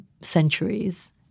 centuries